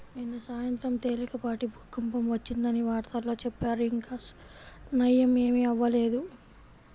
నిన్న సాయంత్రం తేలికపాటి భూకంపం వచ్చిందని వార్తల్లో చెప్పారు, ఇంకా నయ్యం ఏమీ అవ్వలేదు